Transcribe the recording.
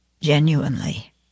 genuinely